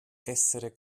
essere